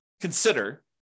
consider